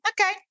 okay